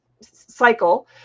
cycle